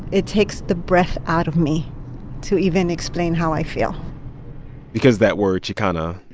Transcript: it takes the breath out of me to even explain how i feel because that word chicana,